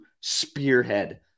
spearhead